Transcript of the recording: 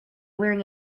wearing